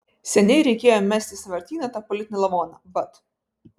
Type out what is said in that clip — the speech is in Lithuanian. seniai reikėjo mest į sąvartyną tą politinį lavoną vat